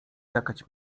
czekać